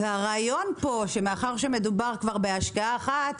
והרעיון פה, שמאחר שמדובר כבר בהשקעה אחת,